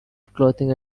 clothing